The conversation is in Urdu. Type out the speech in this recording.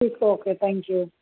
ٹھیک ہے اوکے تھینک یو